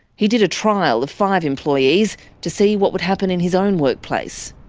he did a trial of five employees to see what would happen in his own workplace.